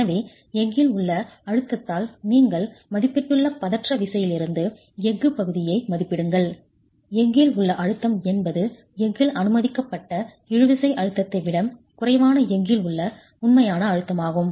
எனவே எஃகில் உள்ள அழுத்தத்தால் நீங்கள் மதிப்பிட்டுள்ள பதற்ற விசையிலிருந்து எஃகு பகுதியை மதிப்பிடுங்கள் எஃகில் உள்ள அழுத்தம் என்பது எஃகில் அனுமதிக்கப்பட்ட இழுவிசை அழுத்தத்தை விட குறைவான எஃகில் உள்ள உண்மையான அழுத்தமாகும்